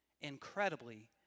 incredibly